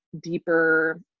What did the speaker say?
deeper